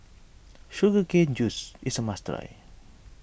Sugar Cane Juice is a must try